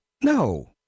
No